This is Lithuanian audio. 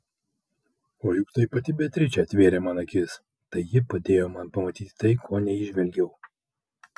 o juk tai pati beatričė atvėrė man akis tai ji padėjo man pamatyti tai ko neįžvelgiau